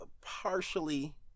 partially